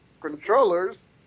controllers